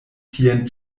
tien